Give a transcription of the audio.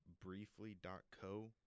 briefly.co